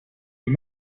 you